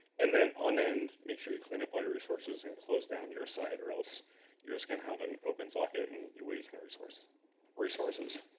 and then on end, make sure you clean up all your resources and close down your site, or else you're just going to have an open socket, and you're wasting your resources.